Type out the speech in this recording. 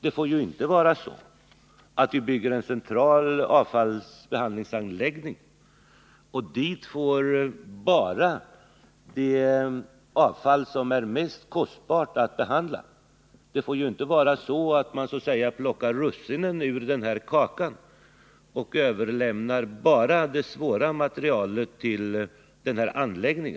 Det får inte bli så att vi bygger en central avfallsbehandlingsanläggning och att man till den bara fraktar det avfall som är mycket kostsamt att behandla. Det får alltså inte vara så att man bara plockar russinen ur kakan och överlämnar enbart det svåra avfallet till denna anläggning.